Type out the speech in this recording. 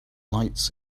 lights